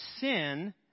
sin